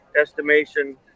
estimation